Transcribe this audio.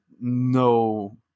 no